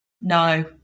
No